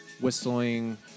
whistling